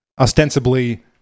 ostensibly